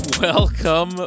welcome